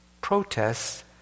protests